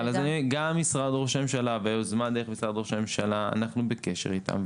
גם משרד ראש הממשלה והיוזמה דרך משרד ראש הממשלה אנחנו בקשר איתם.